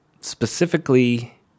Specifically